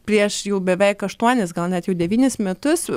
prieš jau beveik aštuonis gal net jau devynis metus